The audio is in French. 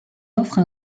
offre